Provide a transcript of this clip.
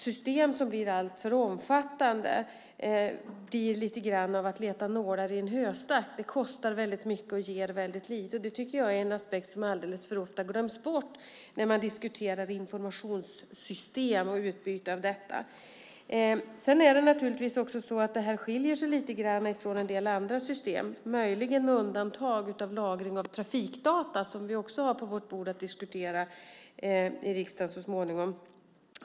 System som blir alltför omfattande blir lite grann som att leta nålar i en höstack. Det kostar mycket och ger lite, och det tycker jag är en aspekt som alldeles för ofta glöms bort när man diskuterar informationssystem och utbyte av dessa. Det här skiljer sig naturligtvis från en del andra system, möjligen med undantag av lagring av trafikdata som vi också har på vårt bord för att diskutera i riksdagen så småningom.